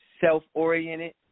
self-oriented